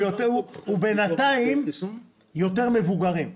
הוא בינתיים יותר מבוגרים,